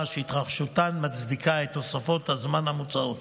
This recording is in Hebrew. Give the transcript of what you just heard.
שהתרחשותן מצדיקה את תוספות הזמן המוצעות.